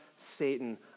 Satan